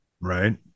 right